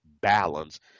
balance